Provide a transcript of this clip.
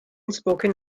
spoken